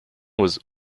was